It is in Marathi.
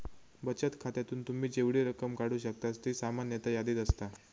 बचत खात्यातून तुम्ही जेवढी रक्कम काढू शकतास ती सामान्यतः यादीत असता